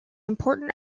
important